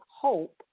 hope